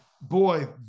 boy